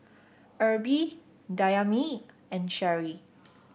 Erby Dayami and Cheri